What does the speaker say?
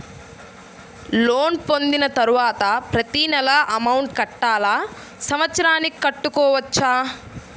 Loan పొందిన తరువాత ప్రతి నెల అమౌంట్ కట్టాలా? సంవత్సరానికి కట్టుకోవచ్చా?